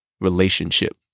relationship